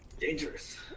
Dangerous